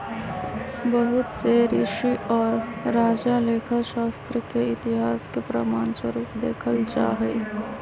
बहुत से ऋषि और राजा लेखा शास्त्र के इतिहास के प्रमाण स्वरूप देखल जाहई